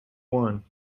one